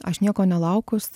aš nieko nelaukus